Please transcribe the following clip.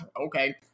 okay